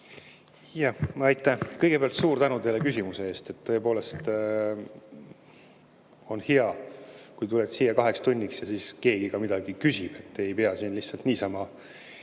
eest. Aitäh! Kõigepealt suur tänu teile küsimuse eest! Tõepoolest on hea, kui tuled siia kaheks tunniks ja siis keegi ka midagi küsib, et ei pea siin lihtsalt niisama